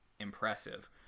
impressive